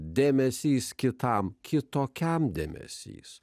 dėmesys kitam kitokiam dėmesys